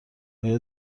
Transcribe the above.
آیا